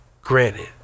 granted